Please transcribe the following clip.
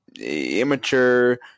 immature